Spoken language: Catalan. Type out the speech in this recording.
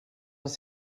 les